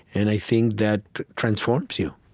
and i think that transforms you